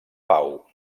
pau